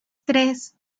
tres